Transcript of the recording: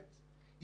הפעולה שלה.